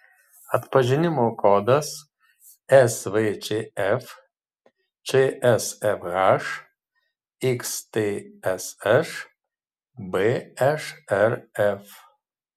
atpažinimo kodas svčf čsfh xtsš bšrf